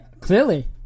Clearly